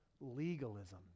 legalism